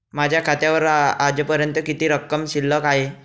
माझ्या खात्यावर आजपर्यंत किती रक्कम शिल्लक आहे?